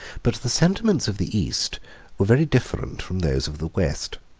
but the sentiments of the east were very different from those of the west.